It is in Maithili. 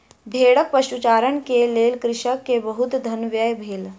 भेड़क पशुचारण के लेल कृषक के बहुत धन व्यय भेल